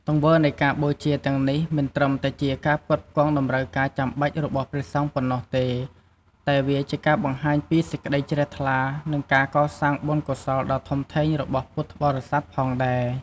ទង្វើនៃការបូជាទាំងនេះមិនត្រឹមតែជាការផ្គត់ផ្គង់តម្រូវការចាំបាច់របស់ព្រះសង្ឃប៉ុណ្ណោះទេ តែវាជាការបង្ហាញពីសេចក្តីជ្រះថ្លា និងការកសាងបុណ្យកុសលដ៏ធំធេងរបស់ពុទ្ធបរិស័ទផងដែរ។